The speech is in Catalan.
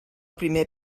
primer